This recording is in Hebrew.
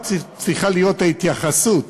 מה צריכה להיות ההתייחסות